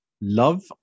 love